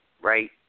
right